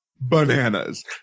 bananas